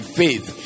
faith